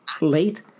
late